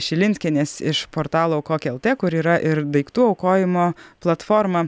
šilinskienės iš portalo aukok lt kur yra ir daiktų aukojimo platforma